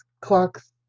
clocks